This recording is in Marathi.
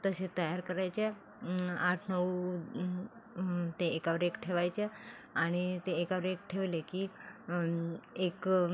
तसे तयार करायचे आठ नऊ ते एकावर एक ठेवायच्या आणि ते एकावर एक ठेवले की एक